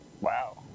Wow